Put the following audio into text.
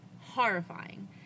horrifying